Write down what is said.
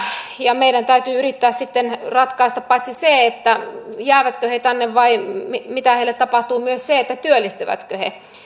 ja meidän täytyy yrittää sitten ratkaista paitsi se jäävätkö he tänne vai mitä heille tapahtuu myös se työllistyvätkö he